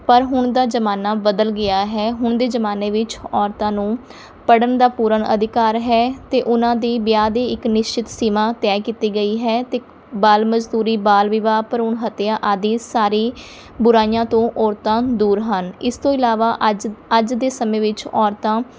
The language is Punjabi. ਪਰ ਹੁਣ ਦਾ ਜ਼ਮਾਨਾ ਬਦਲ ਗਿਆ ਹੈ ਹੁਣ ਦੇ ਜ਼ਮਾਨੇ ਵਿੱਚ ਔਰਤਾਂ ਨੂੰ ਪੜ੍ਹਨ ਦਾ ਪੂਰਨ ਅਧਿਕਾਰ ਹੈ ਅਤੇ ਉਹਨਾਂ ਦੀ ਵਿਆਹ ਦੀ ਇੱਕ ਨਿਸ਼ਚਿਤ ਸੀਮਾ ਤੈਅ ਕੀਤੀ ਗਈ ਹੈ ਅਤੇ ਬਾਲ ਮਜ਼ਦੂਰੀ ਬਾਲ ਵਿਵਾਹ ਭਰੂਣ ਹੱਤਿਆ ਆਦਿ ਸਾਰੀ ਬੁਰਾਈਆਂ ਤੋਂ ਔਰਤਾਂ ਦੂਰ ਹਨ ਇਸ ਤੋਂ ਇਲਾਵਾ ਅੱਜ ਅੱਜ ਦੇ ਸਮੇਂ ਵਿੱਚ ਔਰਤਾਂ